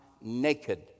naked